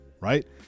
right